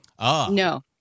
no